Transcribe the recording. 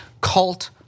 cult